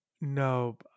No